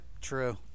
true